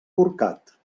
corcat